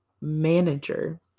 manager